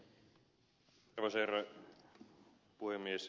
arvoisa herra puhemies